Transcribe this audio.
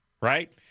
right